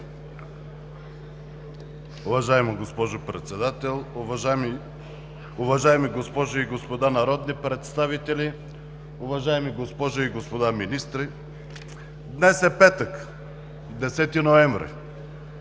Днес е петък – 10 ноември,